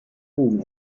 bogen